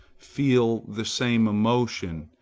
feel the same emotion,